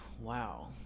wow